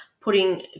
putting